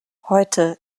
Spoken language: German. heute